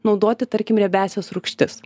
naudoti tarkim riebiąsias rūgštis